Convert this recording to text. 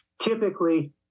Typically